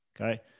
Okay